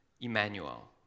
Emmanuel